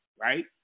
right